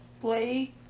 play